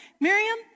Miriam